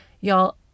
Y'all